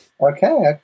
Okay